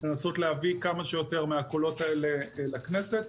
לנסות להביא כמה שיותר מהקולות האלה לכנסת.